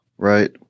right